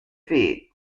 feet